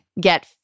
Get